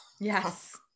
Yes